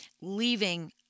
leaving